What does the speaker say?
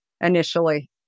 initially